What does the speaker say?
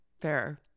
Fair